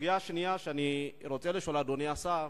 הסוגיה השנייה שאני רוצה לשאול עליה, אדוני השר,